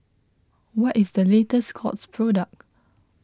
what is the latest Scott's product